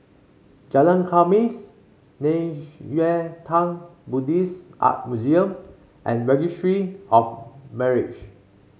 Jalan Khamis Nei Xue Tang Buddhist Art Museum and Registry of Marriage